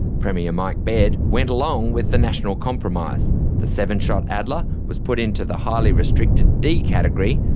premier mike baird went along with the national compromise the seven shot adler was put into the highly-restricted d category,